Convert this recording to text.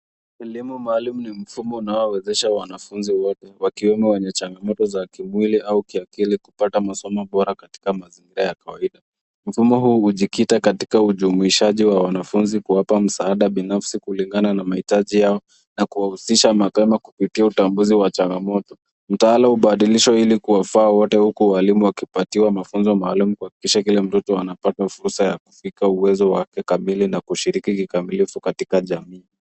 Elimu maalumu ni mfumo unaowezesha wanafunzi wote, wakiwemo wenye changamoto za kimwili au kiakili kupata masomo bora katika mazingira ya kawaida. Mfumo huu ujikita katika ujumuishaji wa wanafunzi kuwapa msaada binafsi kulingana na mahitaji yao na kuwahusisha makamu kupitia utambuzi wa changamoto. Mtaalamu wa ubadilisho ili kuwafaa wote huku walimu wakipatiwa mafunzo maalumu kuhakikisha kila mtoto anapeta fursa ya kufika uwezo wake kamili na kushiriki kikamilifu katika jamii.